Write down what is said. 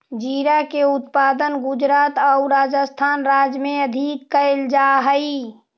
जीरा के उत्पादन गुजरात आउ राजस्थान राज्य में अधिक कैल जा हइ